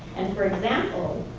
and for example,